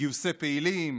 בגיוסי פעילים,